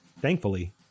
Thankfully